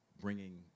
bringing